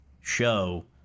show